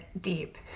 deep